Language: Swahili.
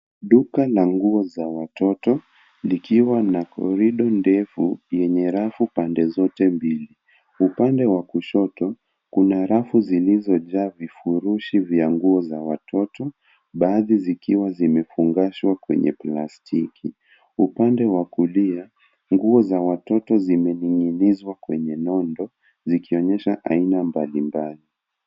Duka la nguo za watoto likiwa na korido ndefu yenye refu pande zote mbili. Upande wa kushoto kuna rafu zilizojaa vifurushi vya nguo za watoto baadhi zikiwa zimefungashwa kwenye plastiki. Upande wa kulia nguo za watoto zimening'inizwa kwenye nondo zikionyesha aina mbalimbali.